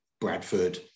Bradford